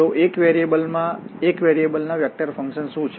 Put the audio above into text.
તો એક વેરીએબલનાં વેક્ટરફંકશન શું છે